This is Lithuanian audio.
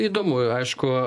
įdomu aišku